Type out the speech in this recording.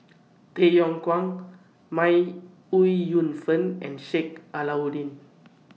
Tay Yong Kwang May Ooi Yu Fen and Sheik Alau'ddin